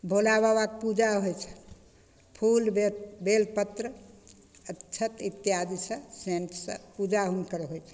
भोले बाबाके पूजा होइ छनि फूल बे बेलपत्र अच्छत इत्यादिसे सेन्टसे पूजा हुनकर होइ छनि